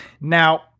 Now